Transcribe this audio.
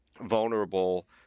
vulnerable